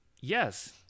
Yes